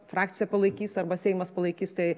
frakcija palaikys arba seimas palaikys tai